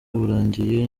burangiye